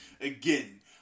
Again